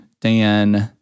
Dan